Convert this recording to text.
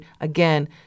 again